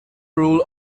rule